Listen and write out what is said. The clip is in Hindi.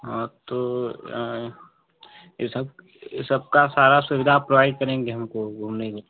हाँ तो ये सब ये सबका सारा सुविधा प्रोवाइड करेंगे हमको वो नहीं